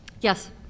Yes